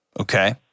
Okay